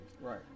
Right